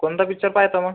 कोणता पिच्चर पाहायचा मग